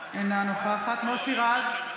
אינה נוכחת מוסי רז,